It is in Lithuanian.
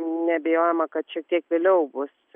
neabejojama kad šiek tiek vėliau bus